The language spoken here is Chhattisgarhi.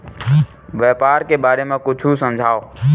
व्यापार के बारे म कुछु समझाव?